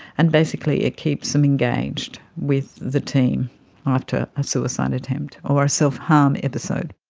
and basically it keeps them engaged with the team after a suicide attempt or self-harm episode.